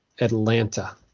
Atlanta